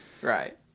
Right